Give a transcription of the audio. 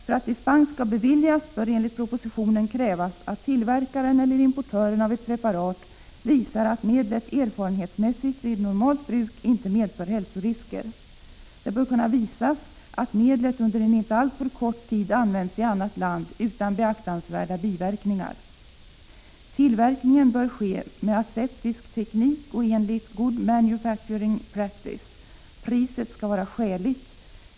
För att dispens skall beviljas bör enligt propositionen krävas att tillverkaren eller importören av ett preparat visar att medlet erfarenhetsmässigt inte medför hälsorisker vid normalt bruk. Det bör kunna visas att medlet under en inte alltför kort tid använts i annat land utan beaktansvärda biverkningar. Det krävs att tillverkningen bör ske med aseptisk teknik och enligt s.k. good manufacturing practice. Priset skall vara skäligt.